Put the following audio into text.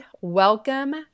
Welcome